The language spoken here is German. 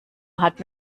hat